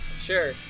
Sure